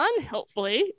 unhelpfully